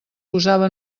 posava